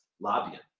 lobbying